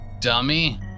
dummy